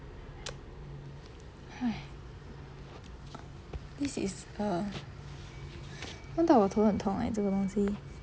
!hais! this is a 弄到我头很痛 eh 这个东西